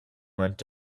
went